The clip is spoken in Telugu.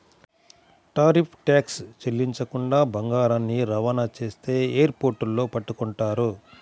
టారిఫ్ ట్యాక్స్ చెల్లించకుండా బంగారాన్ని రవాణా చేస్తే ఎయిర్ పోర్టుల్లో పట్టుకుంటారు